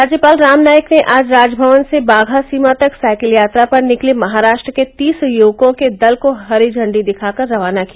राज्यपाल राम नाईक ने आज राजभवन से बाघा सीमा तक साइकिल यात्रा पर निकले महाराष्ट्र के तीस युवकों के दल को झंडी दिखाकर रवाना किया